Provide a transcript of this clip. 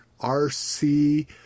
RC